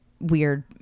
weird